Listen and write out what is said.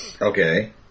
Okay